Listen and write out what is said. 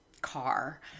car